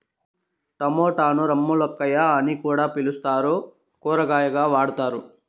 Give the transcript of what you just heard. టమోటాను రామ్ములక్కాయ అని కూడా పిలుత్తారు, కూరగాయగా వాడతారు